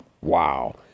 Wow